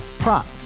Prop